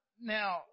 now